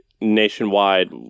nationwide